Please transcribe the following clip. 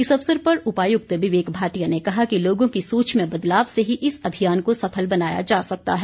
इस अवसर पर उपायुक्त विवेक भाटिया ने कहा कि लोगों की सोच में बदलाव से ही इस अभियान को सफल बनाया जा सकता है